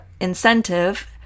incentive